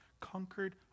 conquered